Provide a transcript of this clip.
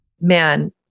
man